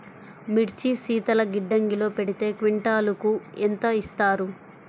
మిర్చి శీతల గిడ్డంగిలో పెడితే క్వింటాలుకు ఎంత ఇస్తారు?